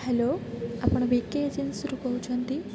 hello ଆପଣ VK agency ରୁ କହୁଛନ୍ତି